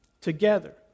together